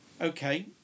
okay